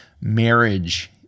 marriage